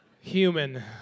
Human